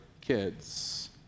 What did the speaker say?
kids